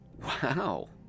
Wow